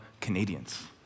Canadians